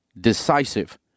decisive